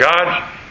God